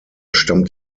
stammt